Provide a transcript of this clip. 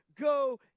go